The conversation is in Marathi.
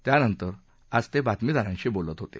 त्यानंतर आज ते बातमीदारांशी बोलत होते